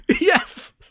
yes